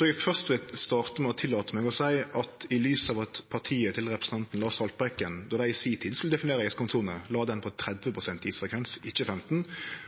vil starte med å tillate meg å seie at i lys av at partiet til representanten Lars Haltbrekken, då dei i si tid skulle definere ei iskantsone, la ho på 30 pst. isfrekvens, ikkje 15